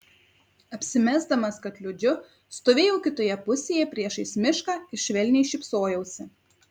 apsimesdamas kad liūdžiu stovėjau kitoje pusėje priešais mišką ir švelniai šypsojausi